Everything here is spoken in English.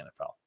NFL